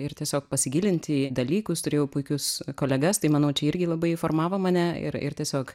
ir tiesiog pasigilinti į dalykus turėjau puikius kolegas tai manau čia irgi labai formavo mane ir ir tiesiog